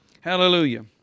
Hallelujah